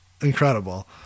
Incredible